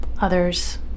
others